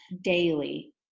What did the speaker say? daily